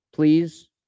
Please